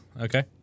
Okay